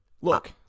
Look